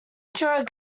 endure